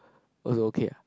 was okay ah